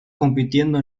compitiendo